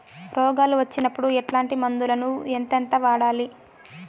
రోగాలు వచ్చినప్పుడు ఎట్లాంటి మందులను ఎంతెంత వాడాలి?